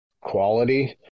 quality